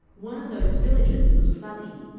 one of those villages was plati,